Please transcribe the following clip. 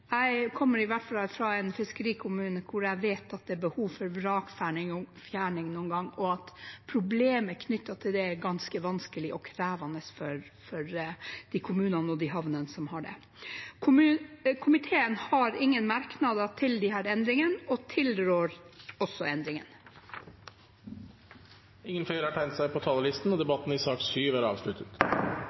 Jeg kommer fra en fiskerikommune hvor jeg i hvert fall vet at det noen ganger er behov for vrakfjerning, og at problem knyttet til det er ganske vanskelig og krevende for de kommunene og havnene som har det. Komiteen har ingen merknader til disse endringene og tilrår dem. Flere har ikke bedt om ordet til sak nr. 7. Etter ønske fra transport- og kommunikasjonskomiteen vil presidenten ordne debatten